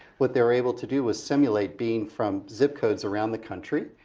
what they were able to do was simulate being from zip codes around the country,